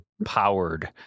powered